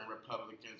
Republicans